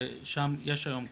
ששם יש היום קו,